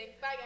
Bye